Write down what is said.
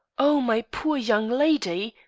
oh, my poor young lady,